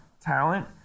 talent